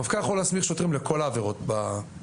המפכ"ל יכול להסמיך שוטרים לכל העבירות שבתוספת.